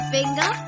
Finger